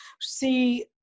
see